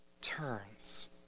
turns